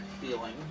feeling